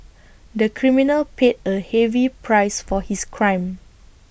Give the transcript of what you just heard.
the criminal paid A heavy price for his crime